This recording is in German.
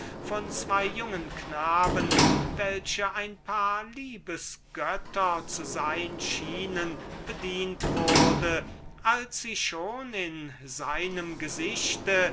von zween jungen knaben welche eher ein paar liebesgötter zu sein schienen bedient wurde als sie schon in seinem gesicht